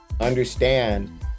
understand